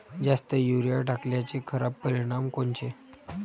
जास्त युरीया टाकल्याचे खराब परिनाम कोनचे?